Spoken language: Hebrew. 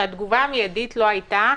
שהתגובה המיידית לא הייתה: